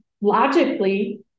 logically